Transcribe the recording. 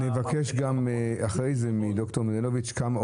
נבקש אחרי כן מד"ר מנדלוביץ או